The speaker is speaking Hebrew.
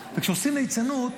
אנחנו מקווים מאוד שזה יהיה קודם.